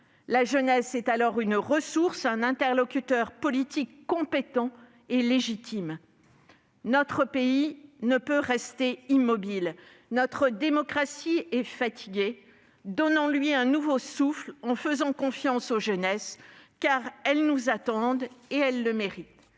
La jeunesse est alors une ressource, un interlocuteur politique compétent et légitime. Notre pays ne peut rester immobile, notre démocratie est fatiguée. Donnons-lui un nouveau souffle en faisant confiance aux jeunesses, car elles nous attendent et elles le méritent.